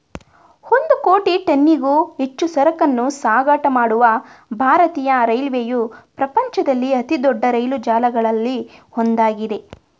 ಒಂದು ಕೋಟಿ ಟನ್ನಿಗೂ ಹೆಚ್ಚು ಸರಕನ್ನೂ ಸಾಗಾಟ ಮಾಡುವ ಭಾರತೀಯ ರೈಲ್ವೆಯು ಪ್ರಪಂಚದಲ್ಲಿ ಅತಿದೊಡ್ಡ ರೈಲು ಜಾಲಗಳಲ್ಲಿ ಒಂದಾಗಿದೆ